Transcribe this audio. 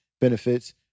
benefits